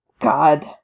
god